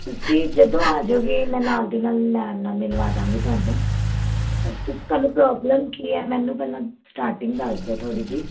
ਤੁਸੀਂ ਜਦੋਂ ਆਜੋਗੇ ਮੈਂ ਨਾਲ ਦੀ ਨਾਲ ਮੈਮ ਨਾਲ ਮਿਲਵਾ ਦਾਂਗੀ ਤੁਹਾਨੂੰ ਪਰ ਤੁ ਤੁਹਾਨੂੰ ਪ੍ਰੋਬਲਮ ਕੀ ਹੈ ਮੈਨੂੰ ਪਹਿਲਾਂ ਸਟਾਰਟਿੰਗ ਦੱਸ ਦਿਓ ਥੋੜ੍ਹੀ ਜਿਹੀ